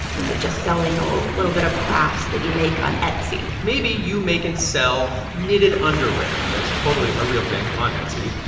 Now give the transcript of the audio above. you know, just selling a little bit of crafts that you make on etsy maybe you make and sell knitted underwear. that is totally a real thing on etsy.